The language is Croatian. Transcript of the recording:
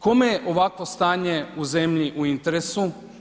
Kome je ovakvo stanje u zemlji u interesu?